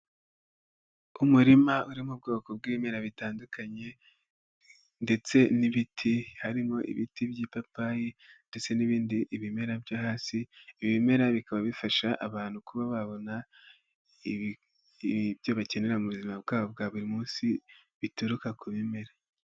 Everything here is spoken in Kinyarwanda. Umurima uri mu bwoko bw'ibimera bitandukanye, ndetse n'ibiti harimo ibiti by'ipapayi, ndetse n'ibindi ibimera byo hasi, ibimera bikaba bifasha abantu kuba babona ibyo bakenera mu buzima bwabo bwa buri munsi bituruka ku bimera.